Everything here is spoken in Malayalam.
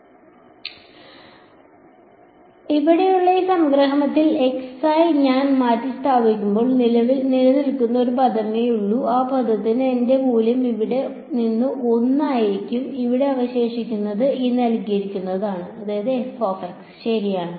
അതിനാൽ ഇവിടെയുള്ള ഈ സംഗ്രഹത്തിൽ ഞാൻ മാറ്റിസ്ഥാപിക്കുമ്പോൾ നിലനിൽക്കുന്ന ഒരു പദമേ ഉള്ളൂ ആ പദത്തിന് എന്റെ മൂല്യം ഇവിടെ നിന്ന് 1 ആയിരിക്കും ഇവിടെ അവശേഷിക്കുന്നത് ശരിയാണ്